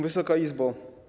Wysoka Izbo!